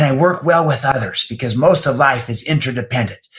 and work well with others? because most of life is interdependent.